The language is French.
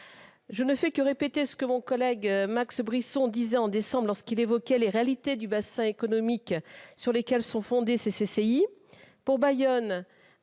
Je ne fais que répéter ce que mon collègue Max Brisson déclarait au mois de décembre dernier, lorsqu'il évoquait les réalités du bassin économique sur lesquelles sont fondées ces CCI.